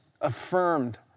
affirmed